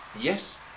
yes